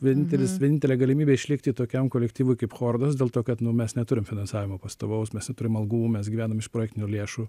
vienintelis vienintelė galimybė išlikti tokiam kolektyvui kaip chordos dėl to kad mes neturim finansavimo pastovaus mes neturim algų mes gyvenam iš projektinių lėšų